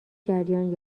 جریان